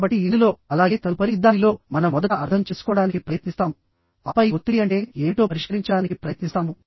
కాబట్టి ఇందులో అలాగే తదుపరి దానిలో మనం మొదట అర్థం చేసుకోవడానికి ప్రయత్నిస్తాముఆపై ఒత్తిడి అంటే ఏమిటో పరిష్కరించడానికి ప్రయత్నిస్తాము